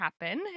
happen